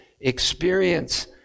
experience